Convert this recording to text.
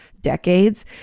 decades